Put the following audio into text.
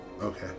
Okay